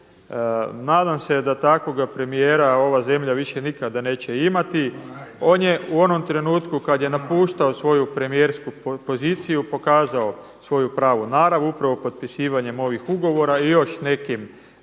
Nadam se da takvoga premijera ova zemlja više nikada neće imati. On je u onom trenutku kada je napuštao svoju premijersku poziciju pokazao svoju pravu narav, upravo potpisivanjem ovih ugovora i još nekim